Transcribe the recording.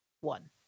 one